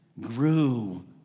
grew